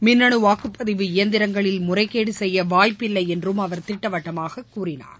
மின்னு வாக்குப்பதிவு இயந்திரங்களில் முறைகேடு செய்ய வாய்ப்பில்லை என்றும் அவா திட்டவட்டமாக கூறினார்